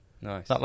nice